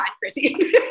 Chrissy